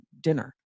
dinner